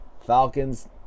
Falcons